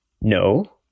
no